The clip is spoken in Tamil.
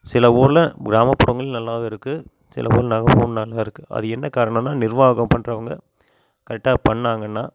சில ஊரில் கிராமப்புறங்களும் நல்லாவே இருக்குது சில ஊரில் நகர்புறமும் நல்லாயிருக்கு அது என்ன காரணோம்னா நிர்வாகம் பண்ணுறவுங்க கரெட்டாக பண்ணாங்கன்னால்